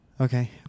Okay